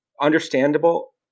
understandable